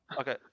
Okay